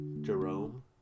Jerome